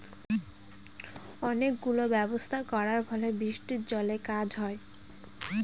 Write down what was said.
অনেক গুলো ব্যবস্থা করার ফলে বৃষ্টির জলে কাজ হয়